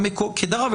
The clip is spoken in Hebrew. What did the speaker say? ודרך אגב,